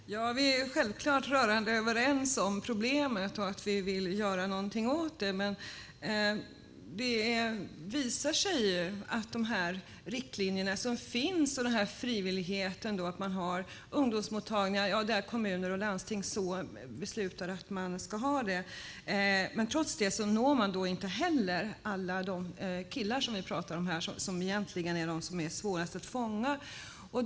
Fru talman! Vi är självklart rörande överens om problemet och om att vi vill göra någonting åt det. Men det visar sig att trots de riktlinjer som finns och frivilligheten för kommuner och landsting att besluta om att ha ungdomsmottagningar når man inte alla killar, som vi pratar om här, som egentligen är svårast att fånga.